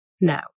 now